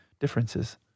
differences